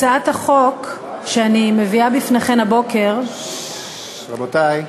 הצעת החוק שאני מביאה בפניכם הבוקר, רבותי,